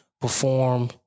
perform